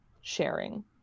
sharing